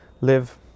live